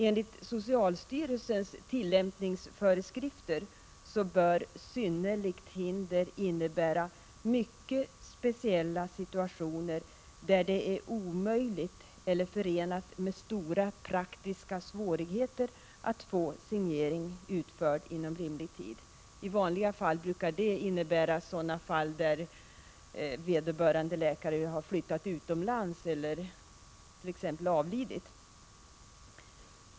Enligt socialstyrelsens tillämpningsföreskrifter bör synnerligt hinder innebära mycket speciella situationer, där det är omöjligt eller förenat med stora praktiska svårigheter att få signeringen utförd inom rimlig tid. I vanliga fall brukar detta innebära att vederbörande läkare har flyttat utomlands eller t.ex. avlidit.